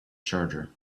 charger